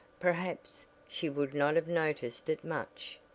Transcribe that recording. perhaps she would not have noticed it much.